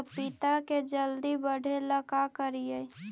पपिता के जल्दी बढ़े ल का करिअई?